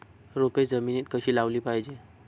रोपे जमिनीत कधी लावली पाहिजे?